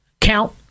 count